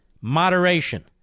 moderation